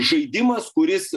žaidimas kuris